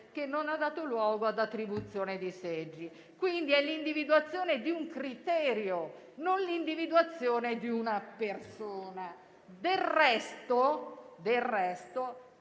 che non ha dato luogo ad attribuzione di seggi. Si tratta quindi dell'individuazione di un criterio, non dell'individuazione di una persona. Del resto,